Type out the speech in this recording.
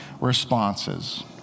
responses